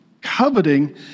Coveting